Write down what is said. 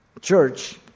church